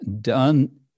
done